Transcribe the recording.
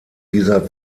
dieser